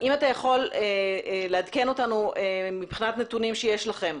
עדכן אותנו לגבי נתונים שיש לכם,